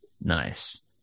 Nice